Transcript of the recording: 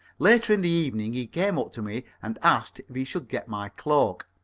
later in the evening he came up to me and asked if he should get my cloak.